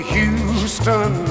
Houston